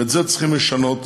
ואת זה צריכים לשנות,